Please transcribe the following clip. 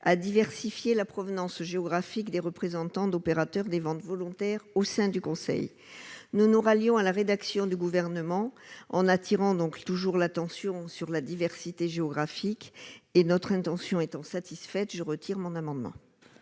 à diversifier la provenance géographique des représentants d'opérateurs des ventes volontaires au sein du Conseil nounours à Lyon, à la rédaction du gouvernement en attirant donc toujours l'attention sur la diversité géographique et notre intention étant satisfaite je retire mon amendement.